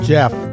Jeff